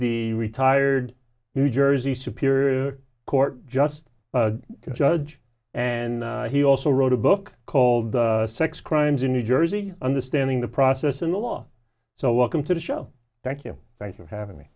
the retired new jersey superior court just judge and he also wrote a book called sex crimes in new jersey understanding the process and the law so welcome to the show thank you thanks for having me